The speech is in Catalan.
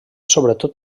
sobretot